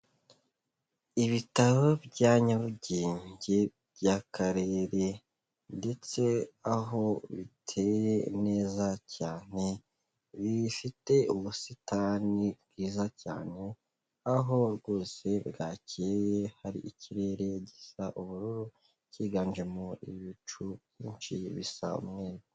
Iitabo bya Nyarugenge by'Akarere ndetse aho biteye neza cyane, bifite ubusitani bwiza cyane, aho rwose bwacyeye hari ikirere gisa ubururu cyiganjemo ibicu byinshi bisa umweru.